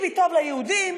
"ביבי טוב ליהודים",